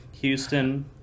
Houston